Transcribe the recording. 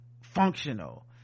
functional